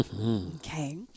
Okay